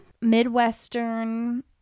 Midwestern